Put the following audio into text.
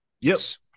Yes